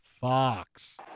Fox